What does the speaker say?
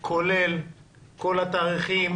כולל כל התאריכים.